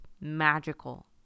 magical